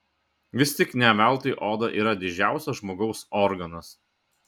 vis tik ne veltui oda yra didžiausias žmogaus organas